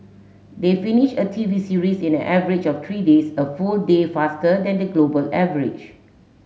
they finish a TV series in an average of three days a full day faster than the global average